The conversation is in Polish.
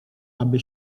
aby